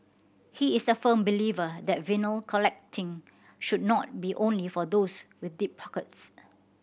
he is a firm believer that vinyl collecting should not be only for those with deep pockets